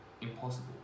impossible